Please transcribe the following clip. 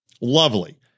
Lovely